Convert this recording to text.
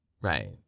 right